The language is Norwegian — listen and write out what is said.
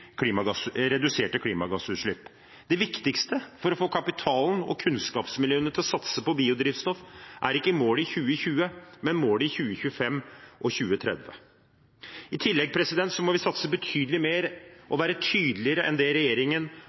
bety reduserte klimagassutslipp. Det viktigste for å få kapitalen og kunnskapsmiljøene til å satse på biodrivstoff er ikke målet i 2020, men målet i 2025 og 2030. I tillegg må vi satse betydelig mer og være tydeligere enn det regjeringen